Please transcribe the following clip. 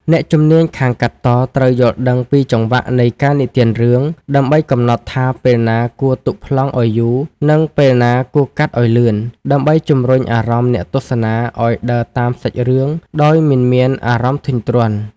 អ្នកជំនាញខាងកាត់តត្រូវយល់ដឹងពីចង្វាក់នៃការនិទានរឿង ដើម្បីកំណត់ថាពេលណាគួរទុកប្លង់ឱ្យយូរ និងពេលណាគួរកាត់ឱ្យលឿន ដើម្បីជម្រុញអារម្មណ៍អ្នកទស្សនាឱ្យដើរតាមសាច់រឿងដោយមិនមានអារម្មណ៍ធុញទ្រាន់។